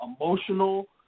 emotional